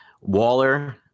Waller